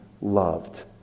loved